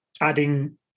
adding